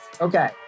Okay